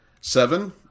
Seven